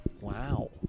Wow